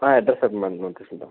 ఆ అడ్రస్ చెప్పండి madam note చేసుకుంటాను